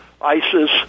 ISIS